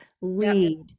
lead